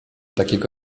takiego